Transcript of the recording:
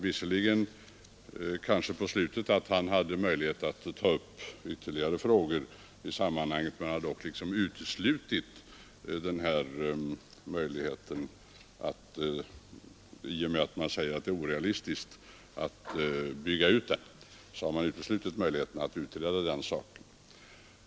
Visserligen har man tillagt på slutet att han har möjlighet att ta upp ytterligare frågor i sammanhanget, men man har sagt att det är orealistiskt att bygga ut kanalen.